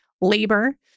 labor